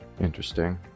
interesting